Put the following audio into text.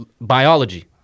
biology